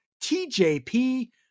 TJP